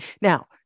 Now